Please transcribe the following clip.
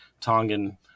Tongan